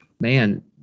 man